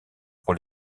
pour